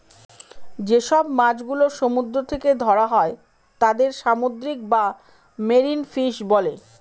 যেসব মাছ গুলো সমুদ্র থেকে ধরা হয় তাদের সামুদ্রিক বা মেরিন ফিশ বলে